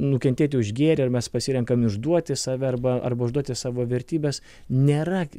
nukentėti už gėrį ir mes pasirenkam išduoti save arba arba išduoti savo vertybes nėra